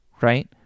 right